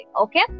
okay